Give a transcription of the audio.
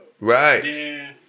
Right